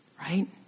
Right